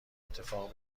اتفاق